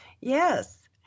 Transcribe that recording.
Yes